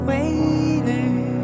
Waiting